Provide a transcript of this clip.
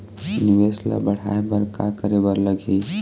निवेश ला बड़हाए बर का करे बर लगही?